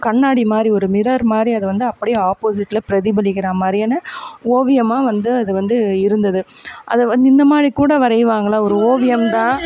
கண்ணாடி மாதிரி ஒரு மிரர் மாதிரி அது வந்து அப்படியே ஆப்போசிட்ல பிரதிபலிக்கிற மாதிரியான ஓவியமாக வந்து அது வந்து இருந்தது அதை வந் இந்த மாதிரி கூட வரையுவாங்களா ஒரு ஓவியம் தான்